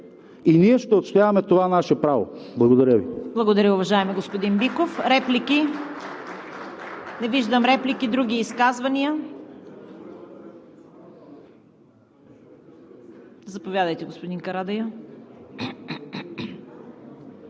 и ние ще отстояваме това наше право. Благодаря Ви.